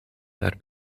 daar